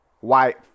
white